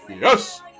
yes